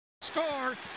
score